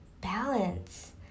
balance